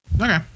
okay